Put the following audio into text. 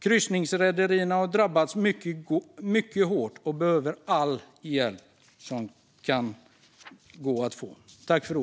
Kryssningsrederierna har drabbats mycket hårt och behöver all hjälp som finns att få.